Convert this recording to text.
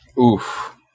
Oof